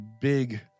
big